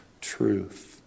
truth